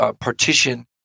partition